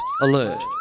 alert